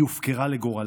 היא הופקרה לגורלה.